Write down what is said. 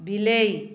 ବିଲେଇ